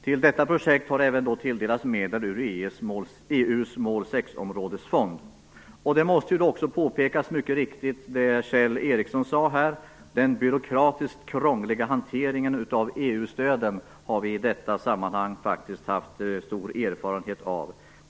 Till detta projekt har även tilldelats medel ur EU:s mål 6-områdesfond. Som Kjell Ericsson mycket riktigt sade här: Den byråkratiskt krångliga hanteringen av EU-stöden har vi i detta sammanhang haft stor erfarenhet av.